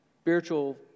spiritual